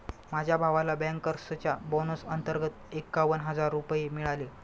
माझ्या भावाला बँकर्सच्या बोनस अंतर्गत एकावन्न हजार रुपये मिळाले